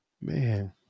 Man